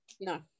no